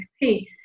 hey